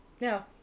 No